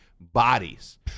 bodies